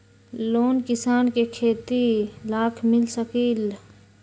Loan किसान के खेती लाख मिल सकील?